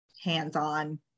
hands-on